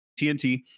TNT